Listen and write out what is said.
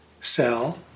Cell